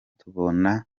tubona